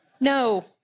No